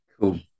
cool